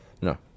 No